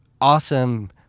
awesome